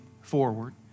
forward